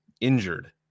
injured